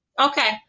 Okay